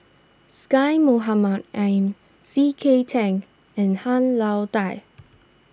Syed Mohamed Ahmed C K Tang and Han Lao Da